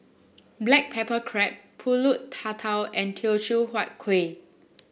Black Pepper Crab pulut Tatal and Teochew Huat Kuih